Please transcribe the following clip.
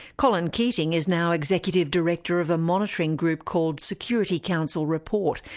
colin keating is now executive director of a monitoring group called security council report,